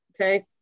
Okay